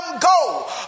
go